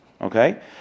Okay